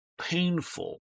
painful